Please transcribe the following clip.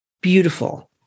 Beautiful